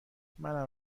منم